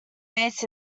bates